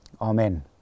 Amen